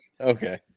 okay